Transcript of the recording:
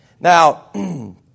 Now